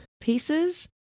pieces